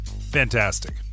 Fantastic